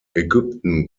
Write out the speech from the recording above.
ägypten